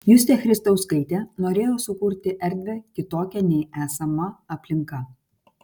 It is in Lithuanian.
justė christauskaitė norėjo sukurti erdvę kitokią nei esama aplinka